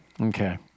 Okay